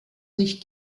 nicht